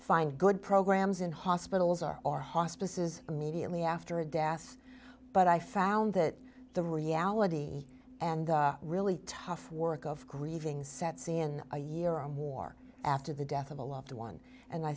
find good programs in hospitals are or hospices immediately after a death but i found that the reality and really tough work of grieving sets in a year on war after the death of a loved one and i